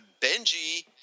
Benji